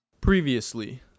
Previously